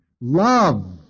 Love